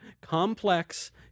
complex